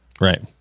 Right